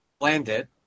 landed